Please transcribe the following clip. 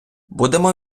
будемо